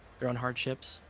their own hardships.